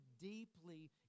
deeply